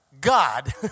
God